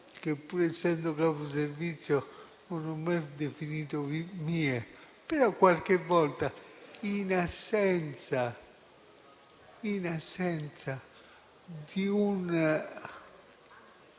che, pur essendo capo servizio, non ho mai definito mie. Però, qualche volta, in assenza di un